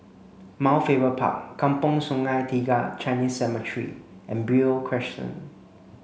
Mount Faber Park Kampong Sungai Tiga Chinese Cemetery and Beo Crescent